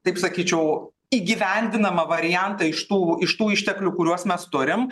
taip sakyčiau įgyvendinamą variantą iš tų iš tų išteklių kuriuos mes turim